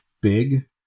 big